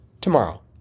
tomorrow